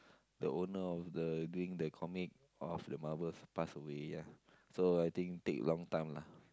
the owner of the doing the comic of the Marvel passed away ya so I think take long time lah